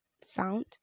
sound